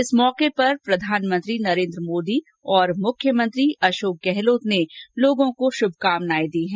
इस मौके पर प्रधानमंत्री नरेन्द्र मोदी और मुख्यमंत्री अशोक गहलोत ने लोगों को शुभकामनाएं दी है